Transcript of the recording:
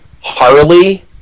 Harley